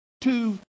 Two